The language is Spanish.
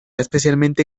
especialmente